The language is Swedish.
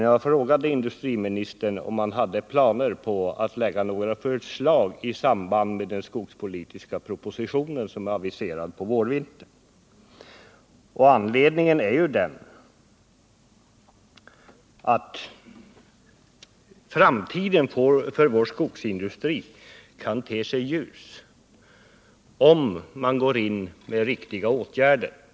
Jag frågade industriministern om han hade planer på att framlägga några förslag i samband med den skogspolitiska propositionen som är aviserad till vårvintern. Anledningen är att framtiden för vår skogsindustri kan te sig ljus, om man går in med riktiga åtgärder.